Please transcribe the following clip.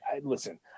listen